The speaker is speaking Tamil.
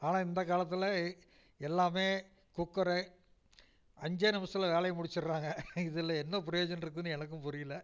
ஆனால் இந்தக் காலத்தில் எல்லாமே குக்கரு அஞ்சே நிமிஷத்தில் வேலையை முடிச்சுர்றாங்க இதில் என்ன பிரயோஜனம் இருக்குதுன்னு எனக்கும் புரியலை